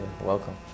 Welcome